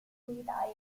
militari